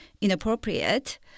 inappropriate